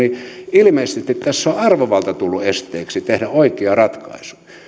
ilmeisesti tässä on arvovalta tullut esteeksi tehdä oikea ratkaisu